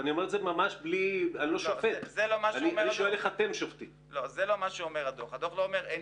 ואני לא שופט --- זה לא משהו --- אני שואל איך אתם שופטים.